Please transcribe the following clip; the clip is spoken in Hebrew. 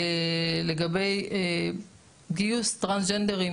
לגבי גיוס טרנסג'נדרים,